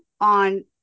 on